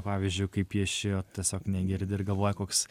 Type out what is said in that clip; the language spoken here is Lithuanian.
pavyzdžiui kai pieši o tiesiog negirdi ir galvoja koks